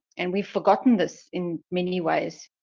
and we've forgotten this, in many ways.